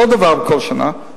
אותו דבר כל שנה,